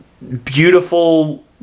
Beautiful